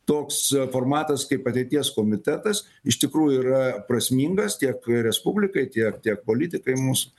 toks formatas kaip ateities komitetas iš tikrųjų yra prasmingas tiek respublikai tiek tiek politikai mūsų